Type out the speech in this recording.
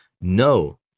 no